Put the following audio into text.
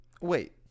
Wait